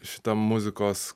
šitam muzikos